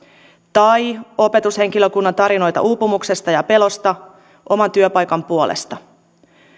tai opetushenkilökunnan tarinoita uupumuksesta ja pelosta oman työpaikan puolesta